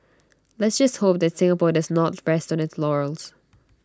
let's just hope that Singapore does not rest on its laurels